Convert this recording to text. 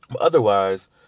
Otherwise